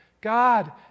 God